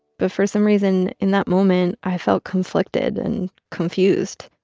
but for some reason in that moment, i felt conflicted and confused.